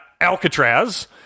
Alcatraz